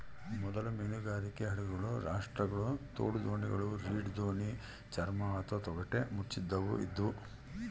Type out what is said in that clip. ಮೊದಲ ಮೀನುಗಾರಿಕೆ ಹಡಗುಗಳು ರಾಪ್ಟ್ಗಳು ತೋಡುದೋಣಿಗಳು ರೀಡ್ ದೋಣಿ ಚರ್ಮ ಅಥವಾ ತೊಗಟೆ ಮುಚ್ಚಿದವು ಇದ್ವು